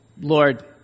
Lord